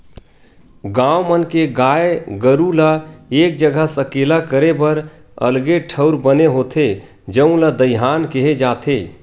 गाँव मन के गाय गरू ल एक जघा सकेला करे बर अलगे ठउर बने होथे जउन ल दईहान केहे जाथे